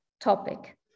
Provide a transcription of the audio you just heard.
topic